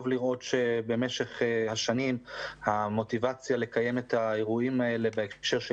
טוב לראות שבמשך השנים המוטיבציה לקיים את האירועים האלה בהקשר של